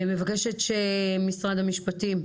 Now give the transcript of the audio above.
מבקשת ממשרד המשפטים,